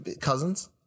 cousins